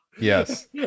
Yes